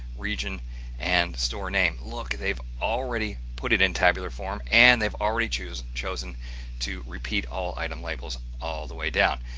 region and store name look they've already put it in tabular form and they've already choose, chosen to repeat all item labels all the way down.